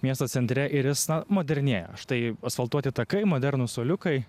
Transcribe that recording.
miesto centre ir jis na modernėja štai asfaltuoti takai modernūs suoliukai